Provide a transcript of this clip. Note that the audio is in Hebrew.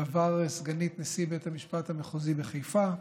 בעבר סגנית נשיא בית המשפט המחוזי בחיפה,